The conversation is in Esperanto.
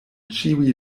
ĉiuj